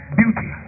beauty